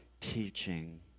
teaching